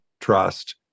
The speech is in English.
trust